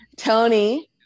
Tony